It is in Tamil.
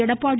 எடப்பாடி